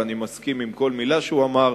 ואני מסכים עם כל מלה שהוא אמר.